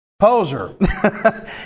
Poser